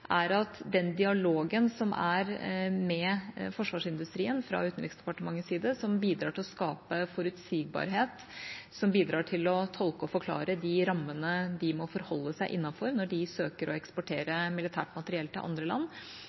er at dialogen med forsvarsindustrien fra Utenriksdepartementets side, som bidrar til å skape forutsigbarhet, som bidrar til å tolke og forklare de rammene de må holde seg innenfor når de søker å eksportere militært materiell til andre land,